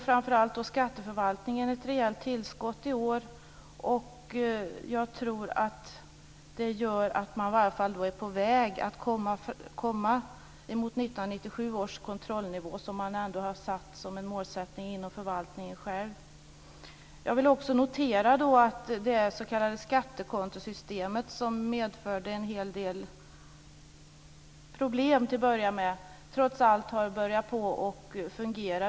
Framför allt skatteförvaltningen får ett rejält tillskott i år. Jag tror att det gör att man i varje fall är på väg att komma uppemot 1997 års kontrollnivå, som man själv har som målsättning inom förvaltningen. Jag vill också notera att det s.k. skattekontosystemet som medförde en hel del problem till att börja med trots allt har börjat fungera.